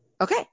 Okay